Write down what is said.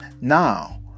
now